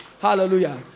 Hallelujah